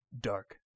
Dark